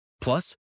Plus